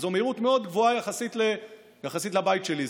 שזו מהירות מאוד גבוהה יחסית לבית שלי,